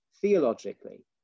theologically